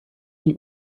die